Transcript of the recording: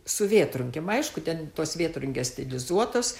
su vėtrungėm aišku ten tos vėtrungės stilizuotos